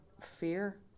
fear